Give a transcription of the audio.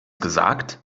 gesagt